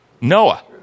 Noah